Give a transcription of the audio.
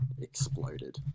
exploded